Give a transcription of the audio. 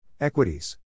Equities